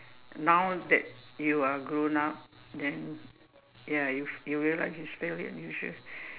now that you are grown up then ya you you realize it's fairly unusual